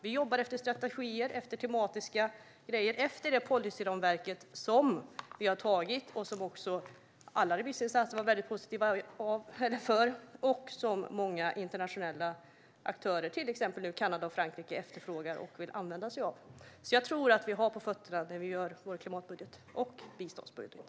Vi jobbar med strategier och tematiska saker efter det policyramverk som vi har antagit och som alla remissinstanser var positiva till. Många internationella aktörer, till exempel nu Kanada och Frankrike, efterfrågar och vill använda sig av detta. Jag tror att vi har på fötterna när vi gör vår klimatbudget och vår biståndsbudget.